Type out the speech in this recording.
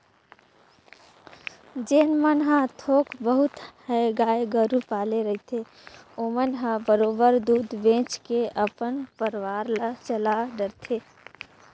जेन मन ह थोक बहुत ह गाय गोरु पाले रहिथे ओमन ह बरोबर दूद बेंच के अपन परवार ल चला डरथे